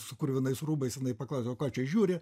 su kruvinais rūbais jinai paklausia o ką čia žiūri